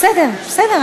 בסדר.